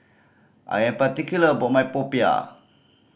I am particular about my popiah